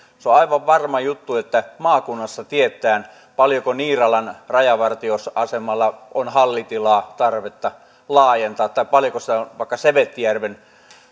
se on aivan varma juttu että maakunnassa tiedetään paljonko niiralan rajavartioasemalla on hallitilaa tarvetta laajentaa tai paljonko sitä vaikka sevettijärven